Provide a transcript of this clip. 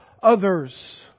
others